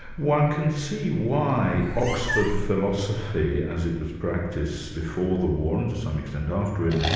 one can see why oxford philosophy as it was practiced before the war, and to some extent after it,